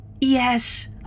Yes